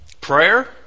Prayer